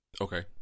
Okay